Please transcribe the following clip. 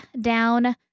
down